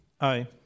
Aye